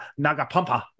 Nagapampa